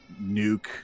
Nuke